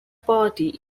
party